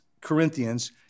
Corinthians